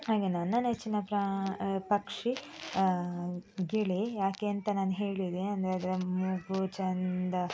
ಹಾಗೆ ನನ್ನ ನೆಚ್ಚಿನ ಪ್ರಾ ಪಕ್ಷಿ ಗಿಳಿ ಯಾಕೆ ಅಂತ ನಾನು ಹೇಳಿದೆ ಅಂದರೆ ಅದರ ಮೂಗು ಚಂದ